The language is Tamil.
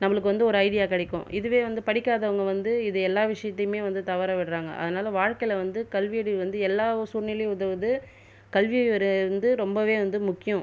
நம்மளுக்கு வந்து ஒரு ஐடியா கிடைக்கும் இதுவே வந்து படிக்காதவங்கள் வந்து இது எல்லா விஷயத்தியுமே வந்து தவற விடுறாங்கள் அதனால் வாழ்க்கையில் வந்து கல்வியறிவு வந்து எல்லா சூழ்நிலையும் உதவுது கல்வியறிவு வந்து ரொம்பவே வந்து முக்கியம்